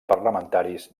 parlamentaris